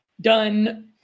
done